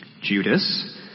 Judas